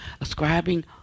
ascribing